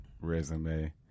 resume